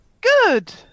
Good